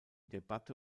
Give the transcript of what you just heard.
debatte